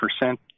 percent